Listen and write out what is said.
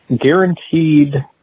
guaranteed